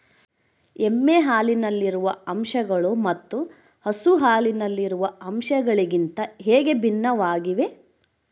ಎಮ್ಮೆ ಹಾಲಿನಲ್ಲಿರುವ ಅಂಶಗಳು ಮತ್ತು ಹಸು ಹಾಲಿನಲ್ಲಿರುವ ಅಂಶಗಳಿಗಿಂತ ಹೇಗೆ ಭಿನ್ನವಾಗಿವೆ?